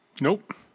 Nope